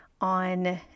on